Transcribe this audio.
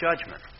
judgment